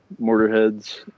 mortarheads